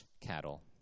cattle